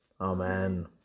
Amen